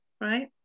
right